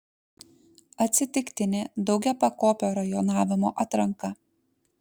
atsitiktinė daugiapakopio rajonavimo atranka